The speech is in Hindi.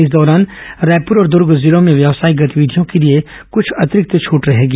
इस दौरान रायपुर और दूर्ग जिलों में व्यावसायिक गतिविधियों के लिए कुछ अतिरिक्त छूट रहेगी